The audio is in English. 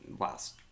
last